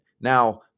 Now